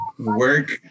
Work